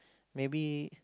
maybe